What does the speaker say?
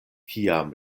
kiam